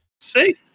See